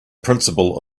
principle